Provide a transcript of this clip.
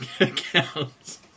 accounts